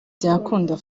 byakunda